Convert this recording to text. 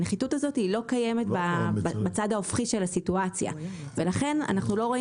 הנחיתות הזאת לא קיימת בצד ההופכי של הסיטואציה ולכן אנחנו לא רואים